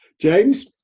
James